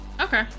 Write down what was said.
Okay